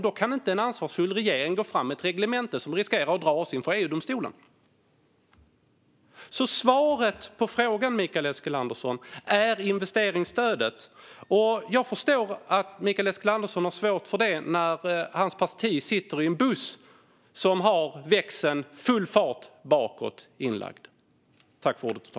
Då kan inte en ansvarsfull regering gå fram med ett reglemente som riskerar att dras inför EU-domstolen. Svaret på frågan, Mikael Eskilandersson, är investeringsstödet. Jag förstår att Mikael Eskilandersson har svårt för det när hans parti sitter i en buss som har växeln inlagd för full fart bakåt.